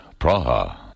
Praha